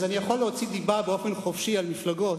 אז אני יכול להוציא דיבה באופן חופשי על מפלגות,